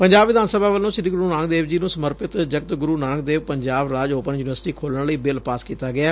ਪੰਜਾਬ ਵਿਧਾਨ ਸਭਾ ਵੱਲੋਂ ਸ੍ਰੀ ਗੁਰੂ ਨਾਨਕ ਦੇਵ ਜੀ ਨੂੰ ਸਮਰਪਿਤ ਜਗਤਗੁਰੂ ਨਾਨਕ ਦੇਵ ਪੰਜਾਬ ਰਾਜ ਓਪਨ ਯੂਨੀਵਰਸਿਟੀ ਖੋਲੁਣ ਲਈ ਬਿੱਲ ਪਾਸ ਕੀਤਾ ਗਿਐ